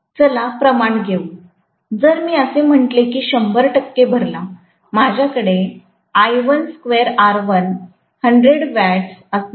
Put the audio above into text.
चला प्रमाण घेऊ जर मी असे म्हटले की 100 टक्के भारला माझ्याकडे 100 वॅट्स असणार आहेत